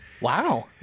Wow